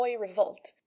revolt